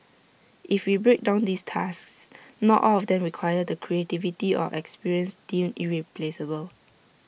if we break down these tasks not all of them require the creativity or experience deemed irreplaceable